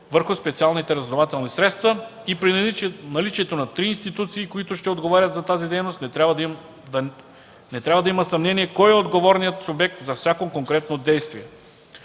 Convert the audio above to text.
върху специалните разузнавателни средства и при наличието на три институции, които ще отговарят за тази дейност, не трябва да има съмнение кой е отговорният субект за всяко конкретно действие.